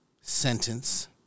Sentence